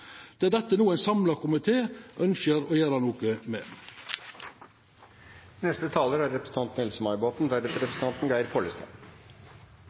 Det er dette ein samla komité no ønskjer å gjera noko med. Det er